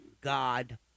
God